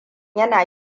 yana